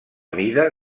mida